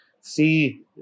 see